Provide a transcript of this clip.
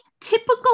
typical